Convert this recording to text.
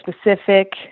specific